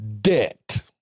debt